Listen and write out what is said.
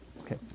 Okay